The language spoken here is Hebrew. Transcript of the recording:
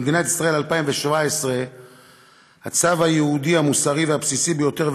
במדינת ישראל 2017 הצו היהודי המוסרי והבסיסי ביותר,